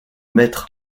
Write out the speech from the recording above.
maître